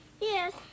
Yes